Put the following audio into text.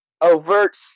Overt